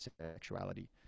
sexuality